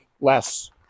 less